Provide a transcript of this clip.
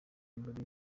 muri